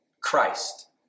Christ